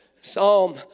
Psalm